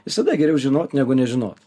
visada geriau žinot negu nežinot